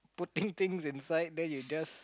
putting thing inside then you just